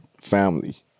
family